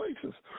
places